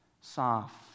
soft